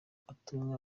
ubutumwa